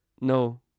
No